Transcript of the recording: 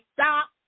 stop